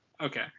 Okay